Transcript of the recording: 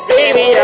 Baby